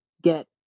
get